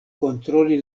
kontroli